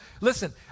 listen